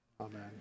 amen